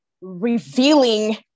revealing